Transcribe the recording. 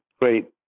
great